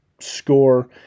score